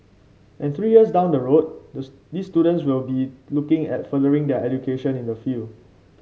and three years down the road the these students will be looking at furthering their education in the field